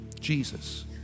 Jesus